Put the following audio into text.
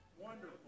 Wonderful